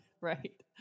Right